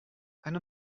eine